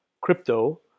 crypto